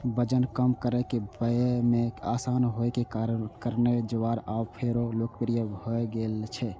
वजन कम करै, पचय मे आसान होइ के कारणें ज्वार आब फेरो लोकप्रिय भए गेल छै